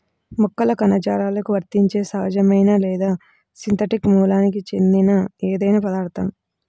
మొక్కల కణజాలాలకు వర్తించే సహజమైన లేదా సింథటిక్ మూలానికి చెందిన ఏదైనా పదార్థం